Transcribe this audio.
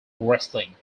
wrestling